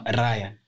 raya